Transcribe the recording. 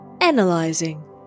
Analyzing